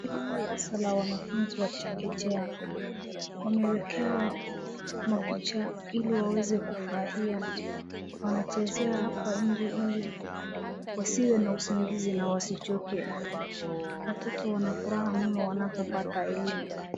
Darasa la wanafunzi wa chekechea wamewekewa ma picha ili waweze kufurahia, wanachezea hapa nje ili wasiwe na usingizi na wasichoke. Watoto wanafurahia mno wanapopata elimu